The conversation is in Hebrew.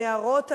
הנערות,